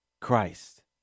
Christ